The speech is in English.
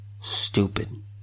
stupid